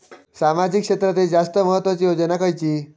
सामाजिक क्षेत्रांतील जास्त महत्त्वाची योजना खयची?